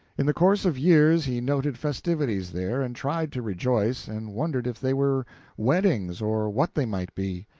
in the course of years he noted festivities there, and tried to rejoice, and wondered if they were weddings or what they might be.